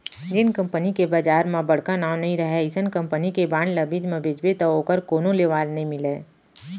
जेन कंपनी के बजार म बड़का नांव नइ रहय अइसन कंपनी के बांड ल बीच म बेचबे तौ ओकर कोनो लेवाल नइ मिलय